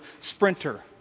sprinter